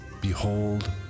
Behold